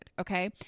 Okay